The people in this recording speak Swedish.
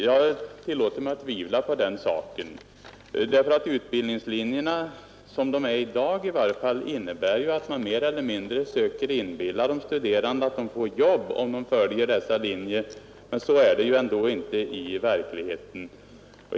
Jag tillåter mig tvivla på den saken, därför att utbildningslinjerna — som de ser ut i dag i varje fall — innebär att man mer eller mindre söker inbilla de studerande att de får jobb, om de följer dessa linjer. Men så är det ändå inte i verkligheten.